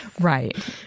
Right